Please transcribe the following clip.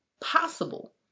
possible